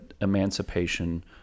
emancipation